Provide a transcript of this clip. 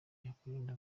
yakwirinda